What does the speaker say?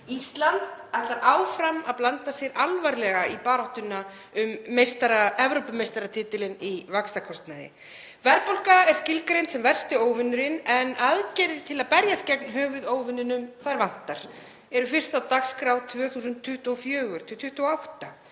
Ísland ætlar áfram að blanda sér alvarlega í baráttuna um Evrópumeistaratitilinn í vaxtakostnaði. Verðbólga er skilgreind sem versti óvinurinn en aðgerðir til að berjast gegn höfuðóvininum vantar, eru fyrst á dagskrá 2024–2028.